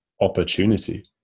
opportunity